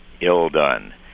ill-done